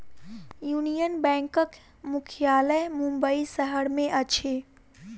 union बैंकक मुख्यालय मुंबई शहर में अछि